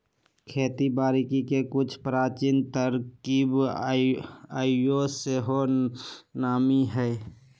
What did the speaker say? खेती बारिके के कुछ प्राचीन तरकिब आइयो सेहो नामी हइ